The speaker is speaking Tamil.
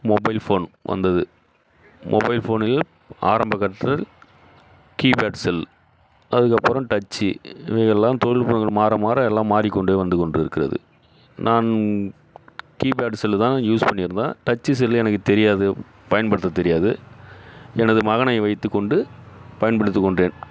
மொபைல் ஃபோன் வந்தது மொபைல் ஃபோனில் ஆரம்பக் கட்டத்தில் கீ பேட் செல் அதுக்கப்பறம் டச்சு இவை எல்லாம் தொழில் நுட்பங்கள் மாற மாற எல்லாம் மாறிக்கொண்டே வந்து கொண்டு இருக்கிறது நான் கீ பேட்டு செல்லு தான் யூஸ் பண்ணிருவேன் டச்சு செல்லு எனக்கு தெரியாது பயன்படுத்தத் தெரியாது எனது மகனை வைத்துக்கொண்டு பயன்படுத்திக் கொண்டேன்